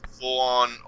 full-on